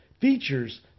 features